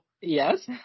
yes